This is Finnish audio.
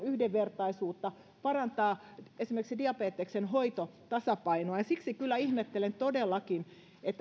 yhdenvertaisuutta parantaa esimerkiksi diabeteksen hoitotasapainoa siksi kyllä ihmettelen todellakin